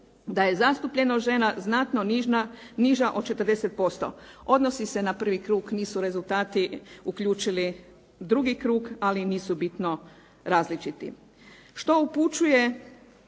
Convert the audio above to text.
da je zastupljenost znatno niža od 40%. Odnosi se na prvi krug, nisu rezultati uključili drugi krug ali nisu bitno različiti što upućuje